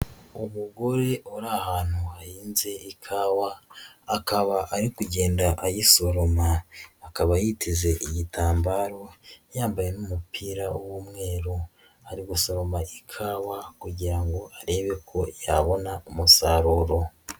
Umugore uri ahantu hahinze ikawa, akaba ari kugenda ayisoroma, akaba yiteze igitambaro yambaye n'umupira w'umweru, ari gusoroma ikawa kugira ngo arebe ko yabona umusaruro.